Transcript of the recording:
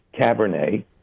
Cabernet